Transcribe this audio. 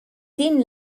din